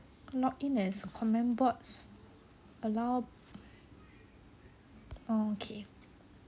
log in as comment bots allow orh okay